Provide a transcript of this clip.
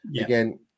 Again